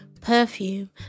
perfume